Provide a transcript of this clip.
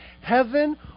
Heaven